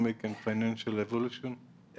and Financial Evolution Network,